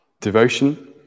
Devotion